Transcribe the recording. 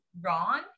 wrong